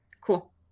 Cool